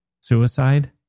Suicide